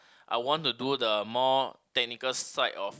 I want to do the more technical side of